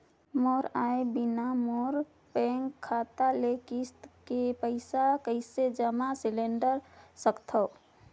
मोर आय बिना मोर बैंक खाता ले किस्त के पईसा कइसे जमा सिलेंडर सकथव?